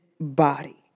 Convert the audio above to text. body